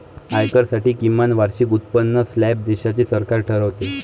आयकरासाठी किमान वार्षिक उत्पन्न स्लॅब देशाचे सरकार ठरवते